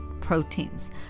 proteins